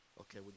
Okay